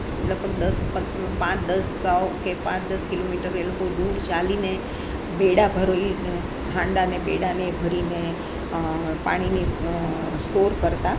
લગભગ દસ પન પાંચ દસ ગાઉ કે પાંચ દસ કિલોમીટર એ લોકો દૂર ચાલીને બેડા ભરીને હાંડાને બેડાને એ ભરીને પાણીની સ્ટોર કરતાં